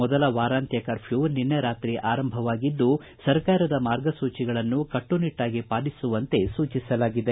ಮೊದಲ ವಾರಾಂತ್ವ ಕರ್ಫ್ಯೂ ನಿನ್ನೆ ರಾತ್ರಿ ಆರಂಭವಾಗಿದ್ದು ಸರ್ಕಾರದ ಮಾರ್ಗಸೂಚಿಗಳನ್ನು ಕಟ್ಟುನಿಟ್ಟಾಗಿ ಪಾಲಿಸುವಂತೆ ಸೂಚಿಸಲಾಗಿದೆ